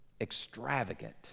Extravagant